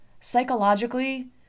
psychologically